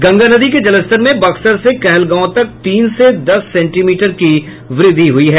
गंगा नदी के जलस्तर में बक्सर से कहलगांव तक तीन से दस सेंटीमीटर की वृद्धि हुई है